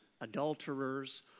adulterers